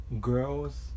girls